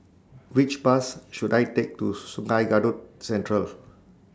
Which Bus should I Take to Sungei Kadut Central